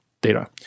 data